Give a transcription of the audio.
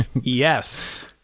Yes